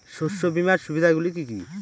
শস্য বিমার সুবিধাগুলি কি কি?